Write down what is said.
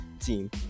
team